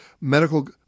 medical